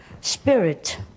spirit